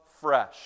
fresh